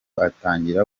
atangira